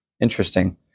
Interesting